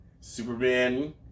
Superman